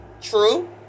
true